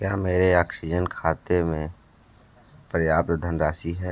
क्या मेरे ऑक्सीजन खाते में पर्याप्त धनराशि है